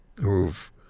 who've